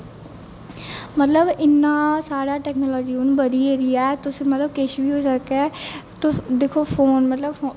मतलब इन्ना साढ़ा टेक्नोलाॅजी हून बधी गेदी ऐ तुस किश बी होई सकदा ऐ तुस दिक्खो फोन मतलब